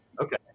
okay